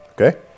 okay